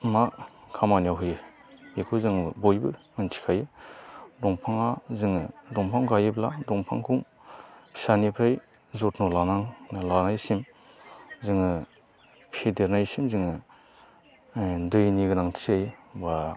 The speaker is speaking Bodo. मा खामानियाव होयो बेखौ जोंबो बयबो मोनथिखायो दंफाङा जोङो दंफां गायोब्ला दंफांखौ फिसानिफ्राय जथ्न' लानायसिम जोङो फेदेरनायसिम जोङो ओ दैनि गोनांथि जायो बा